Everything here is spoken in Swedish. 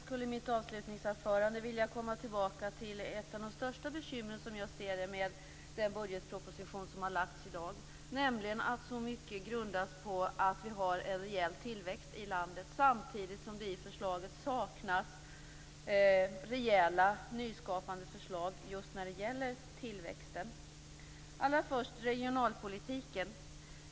Herr talman! Jag vill komma tillbaka till ett av de största bekymren som jag ser med den budgetproposition som har lagts fram i dag, nämligen att så mycket grundas på att vi har en reell tillväxt i landet samtidigt som det i förslaget saknas rejäla nyskapande förslag just om tillväxten. Allra först regionalpolitiken.